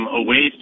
away